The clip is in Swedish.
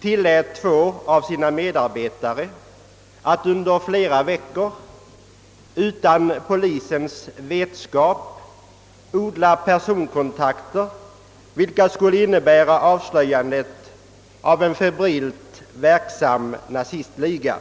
tillät två av sina medarbetare att under flera veckor — utan polisens vetskap — odla personkontakter, vilka skulle innebära avslöjandet av en febrilt verksam nazistliga.